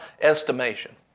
estimation